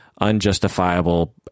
unjustifiable